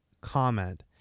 comment